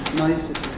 niceties.